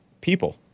people